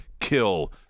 kill